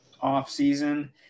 off-season